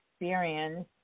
experience